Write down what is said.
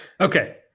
Okay